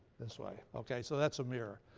this way. okay? so that's a mirror.